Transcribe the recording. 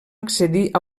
accedir